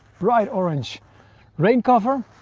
bright orange rain cover.